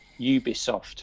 Ubisoft